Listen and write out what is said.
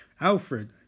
Alfred